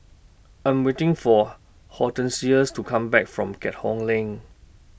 I Am waiting For Hortencias to Come Back from Keat Hong LINK